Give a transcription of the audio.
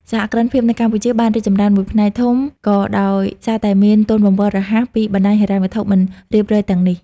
សហគ្រិនភាពនៅកម្ពុជាបានរីកចម្រើនមួយផ្នែកធំ ក៏ដោយសារតែមាន "ទុនបង្វិលរហ័ស" ពីបណ្ដាញហិរញ្ញវត្ថុមិនរៀបរយទាំងនេះ។